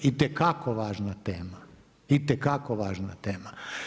Itekako važna tema, itekako važna tema.